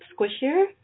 squishier